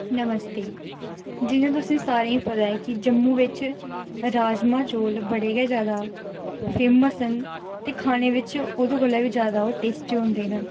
नमस्ते जि'यां तुसें सारें गी पता ऐ कि जम्मू बिच राजमां चौल बड़े गै जादा फेमस न ते खाने बिच ओह् ओह्दे कोला बी जादा टेस्टी होंदे न